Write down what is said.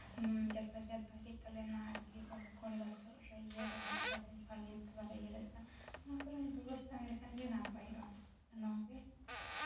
ᱡᱟᱛᱟᱭᱟᱛ ᱵᱷᱟᱹᱜᱤᱜ ᱛᱟᱞᱮᱢᱟ ᱟᱨᱠᱤ ᱡᱚᱠᱷᱚᱱ ᱞᱚᱥᱚᱫ ᱨᱮ ᱤᱭᱟᱹᱨᱮ ᱵᱚᱨᱥᱟᱨᱮ ᱵᱷᱟᱹᱜᱤᱛᱮ ᱵᱟᱞᱮ ᱤᱭᱟᱹ ᱫᱟᱲᱮᱭᱟᱜ ᱠᱟᱱᱟ ᱱᱚᱣᱟ ᱠᱚᱨᱮᱜ ᱵᱮᱵᱚᱥᱛᱷᱟ ᱞᱮᱠᱷᱟᱱ ᱜᱮ ᱱᱟᱯᱟᱭᱚᱜᱼᱟ ᱱᱚᱣᱟᱜᱮ